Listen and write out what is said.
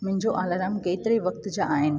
मुंहिंजो अलार्म केतिरे वक़्तु जा आहिनि